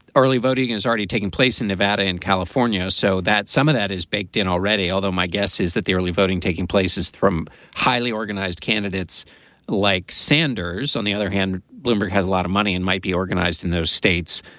early voting and is already taking place in nevada and california, so that some of that is baked in already. although my guess is that the early voting taking place is theroom highly organized candidates like sanders, on the other hand. bloomberg has a lot of money and might be organized in those states.